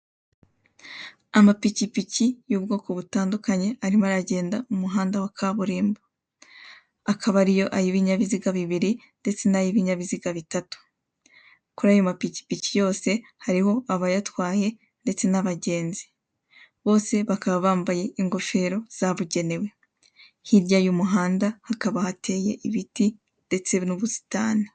Amapikipiki y'ubwoko butandukanye arimo aragenda mu muhanda wa kaburimbo, akaba ariyo ay'ibinyabiziga bibiri ndetse n'ay'ibinyabiziga bitatu, kuri ayo mapikipiki yose hariho abayatwaye ndetse n'abagenzi, bose bakaba bampaye ingofero zabugenewe, hirya y'umuhanda hakaba hateye ibiti ndetse n'ubusitani.